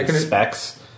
specs